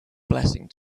blessing